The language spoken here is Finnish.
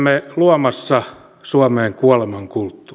luomassa suomeen kuolemankulttuuria sitä ei